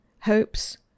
hopes